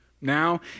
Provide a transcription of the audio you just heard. Now